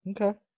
Okay